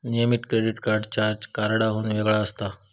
नियमित credit card charge कार्डाहुन वेगळा असता